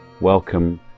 Welcome